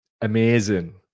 Amazing